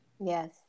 Yes